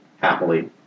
happily